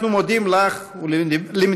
אנחנו מודים לך ולמדינתך,